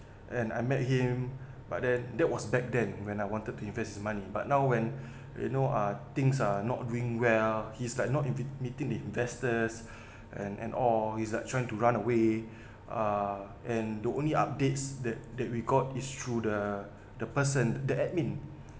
and I met him but then that was back then when I wanted to invest the money but now when you know uh things are not doing well he's like not into meeting the investors and and all is like trying to run away uh and the only updates that that we got is through the the person the admin